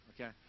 okay